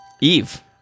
Eve